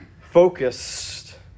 focused